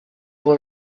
were